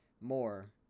more